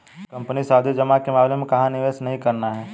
Company सावधि जमा के मामले में कहाँ निवेश नहीं करना है?